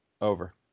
Over